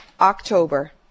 October